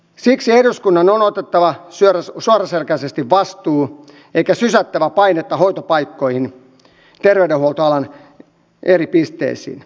siksi eduskunnan on otettava suoraselkäisesti vastuu eikä sysättävä painetta hoitopaikkoihin terveydenhuoltoalan eri pisteisiin